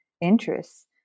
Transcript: interests